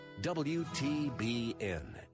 WTBN